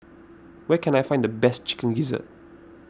where can I find the best Chicken Gizzard